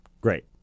great